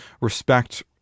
respect